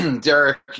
Derek